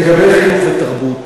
לגבי חינוך ותרבות,